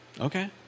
Okay